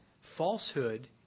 falsehood